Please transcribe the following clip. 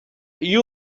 you